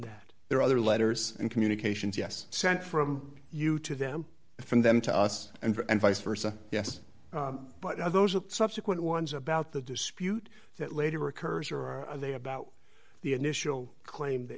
that there are other letters and communications yes sent from you to them from them to us and vice versa yes but those are the subsequent ones about the dispute that later occurs or are they about the initial claim that